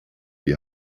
die